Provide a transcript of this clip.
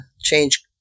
change